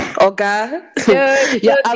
okay